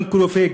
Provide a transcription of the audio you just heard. גם כרופא,